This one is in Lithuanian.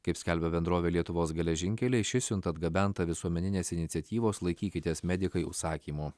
kaip skelbia bendrovė lietuvos geležinkeliai ši siunta atgabenta visuomeninės iniciatyvos laikykitės medikai užsakymu